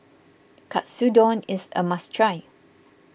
Katsudon is a must try